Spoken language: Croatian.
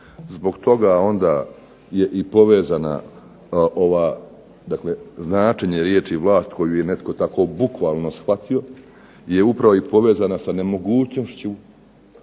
Zbog toga onda je i povezana ova dakle, značenje riječi vlast, koju je netko tako bukvalno shvatio je upravo povezana sa nemogućnošću